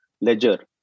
ledger